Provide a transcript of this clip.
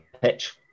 pitch